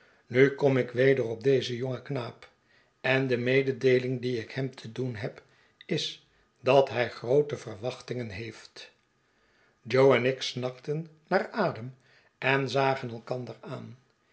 nu kom ik weder op dezen jongen knaap en de mededeeling die ik hem te doen heb is dat hij groote verwachtingen heeft jo en ik snakten naar adem en zagen elkander aan